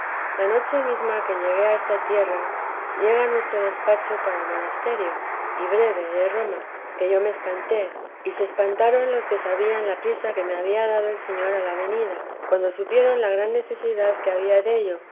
la noche mesma que llegué a esta tierra llegó nuestro despacho para el monasterio y breve de roma que yo me espanté y se espantaron los que sabían la priesa que me había dado el señor a la venida cuando supieron la gran necesidad que había dello